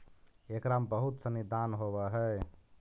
एकरा में बहुत सनी दान होवऽ हइ